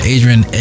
Adrian